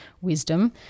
wisdom